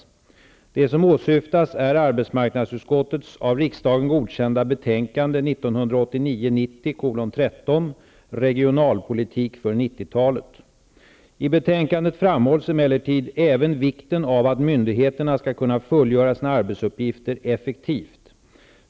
Det som åsyftas är arbetsmarknadsutskottets av riksdagen godkända betänkande 1989/90:AU13 Regionalpolitik för 90 talet. I betänkandet framhålls emellertid även vikten av att myndigheterna skall kunna fullgöra sina arbetsuppgifter effektivt.